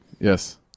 yes